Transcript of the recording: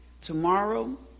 tomorrow